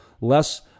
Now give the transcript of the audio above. less